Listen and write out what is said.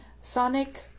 sonic